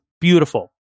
beautiful